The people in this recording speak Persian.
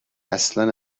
اصلا